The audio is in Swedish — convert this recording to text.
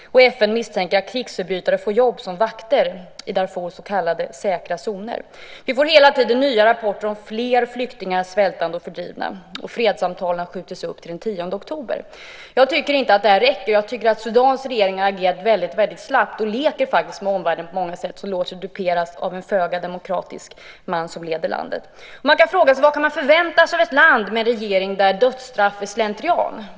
FN misstänker att krigsförbrytare får jobb som vakter i Darfurs så kallade säkra zoner. Vi får hela tiden nya rapporter om fler svältande och fördrivna flyktingar, och fredssamtalen har skjutits upp till den 10 oktober. Jag tycker inte att det här räcker. Sudans regering har agerat väldigt slappt. På många sätt leker man med omvärlden som låter sig duperas av en föga demokratisk man som leder landet. Man kan fråga sig vad som kan förväntas av ett land med en regering där dödsstraff är slentrian.